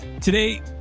Today